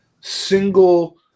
single